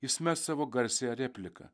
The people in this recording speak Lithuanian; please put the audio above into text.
jis mes savo garsiąją repliką